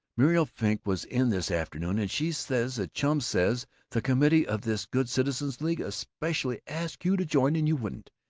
muriel frink was in this afternoon, and she says that chum says the committee of this good citizens' league especially asked you to join and you wouldn't.